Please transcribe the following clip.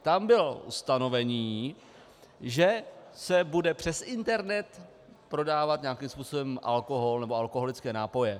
Tam bylo ustanovení, že se bude přes internet prodávat nějakým způsobem alkohol nebo alkoholické nápoje.